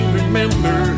remember